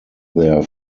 their